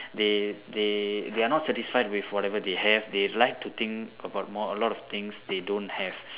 they they they are not satisfied with whatever they have they like to think about more a lot of things they don't have